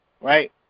right